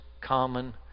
common